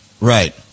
Right